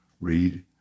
Read